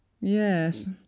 Yes